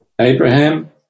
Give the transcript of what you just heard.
Abraham